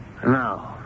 No